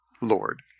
Lord